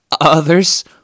others